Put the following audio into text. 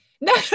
no